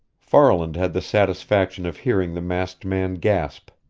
farland had the satisfaction of hearing the masked man gasp,